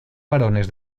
varones